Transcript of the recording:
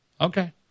Okay